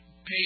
pay